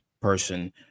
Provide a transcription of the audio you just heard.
person